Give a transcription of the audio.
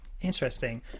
Interesting